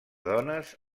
dones